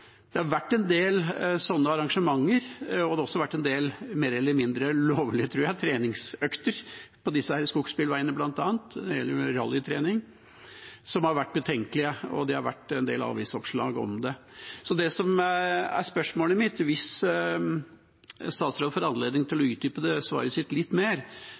Det har vært en del sånne arrangementer. Det har også vært en del mer eller mindre lovlige, tror jeg, treningsøkter på disse skogsbilveiene – det gjelder vel rallytrening – som har vært betenkelige, og det har vært en del avisoppslag om det. Så spørsmålet mitt er, hvis statsråden får anledning til å utdype svaret sitt litt mer,